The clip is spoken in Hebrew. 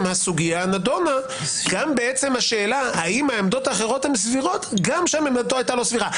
גם בעצם השאלה האם העמדות האחרות הן סבירות גם שם עמדתו לא הייתה סבירה.